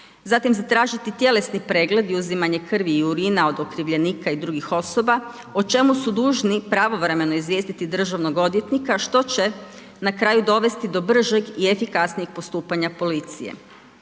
Zatim zatražiti tjelesni pregled i uzimanje krvi i urina od okrivljenika i drugih osoba o čemu su dužni pravovremeno izvijestiti državnog odvjetnika što će na kraju dovesti do bržeg i efikasnijeg postupanja policije.